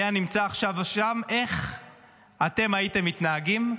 היה נמצא עכשיו שם, איך אתם הייתם מתנהגים?